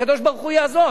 הקדוש-ברוך-הוא יעזור.